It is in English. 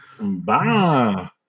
Bye